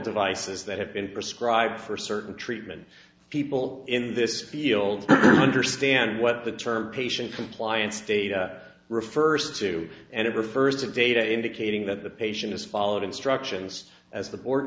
devices that have been prescribed for certain treatment people in this field understand what the term patient compliance data refers to and of refers to data indicating that the patient has followed instructions as the board